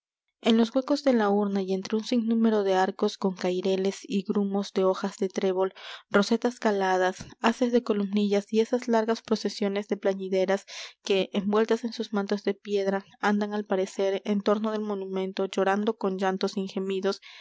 en los huecos de la urna y entre un sinnúmero de arcos con caireles y grumos de hojas de trébol rosetas caladas haces de columnillas y esas largas procesiones de plañideras que envueltas en sus mantos de piedra andan al parecer en torno del monumento llorando con llanto